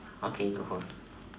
okay go for